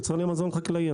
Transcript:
יצרני מזון חקלאי,